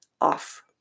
off